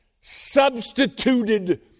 substituted